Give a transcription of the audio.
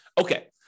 Okay